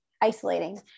isolating